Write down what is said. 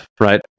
right